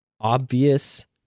obvious